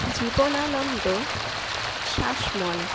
Jibanananda Sasmal